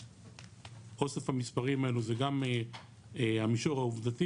אוסף המספרים האלה זה גם המישור העובדתי